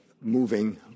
moving